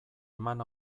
eman